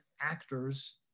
actors